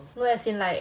no as in like